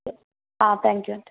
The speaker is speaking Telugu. ఓకే త్యాంక్ యూ అండి